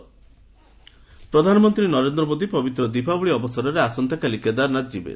PM Kedarnath ପ୍ରଧାନମନ୍ତ୍ରୀ ନରେନ୍ଦ୍ର ମୋଦି ପବିତ୍ର ଦୀପାବଳି ଅବସରରେ ଆସନ୍ତାକାଲି କେଦାରନାଥ ଯିବେ